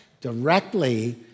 directly